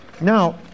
Now